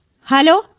Hello